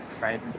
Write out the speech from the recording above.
right